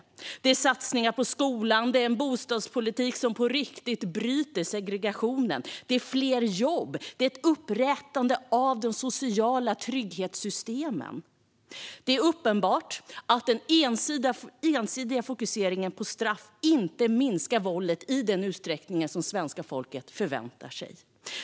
Det handlar om satsningar på skolan och om en bostadspolitik som på riktigt bryter segregationen. Det handlar om fler jobb och om ett upprättande av de sociala trygghetssystemen. Det är uppenbart att den ensidiga fokuseringen på straff inte minskar våldet i den utsträckning som svenska folket förväntar sig.